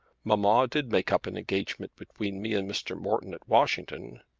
mamma did make up an engagement between me and mr. morton at washington.